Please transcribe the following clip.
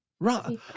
Right